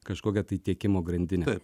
kažkokią tai tiekimo grandinę